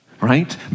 right